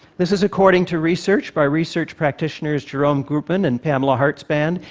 this is according to research by research practitioners jerome groopman and pamela hartzband,